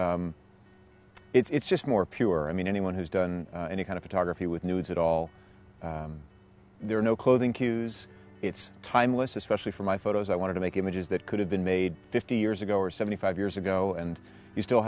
it's just more pure i mean anyone has done any kind of photography with nudes at all there are no clothing cues it's timeless especially for my photos i want to make images that could have been made fifty years ago or seventy five years ago and you still